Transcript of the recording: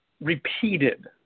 repeated